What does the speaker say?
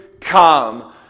come